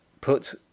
Put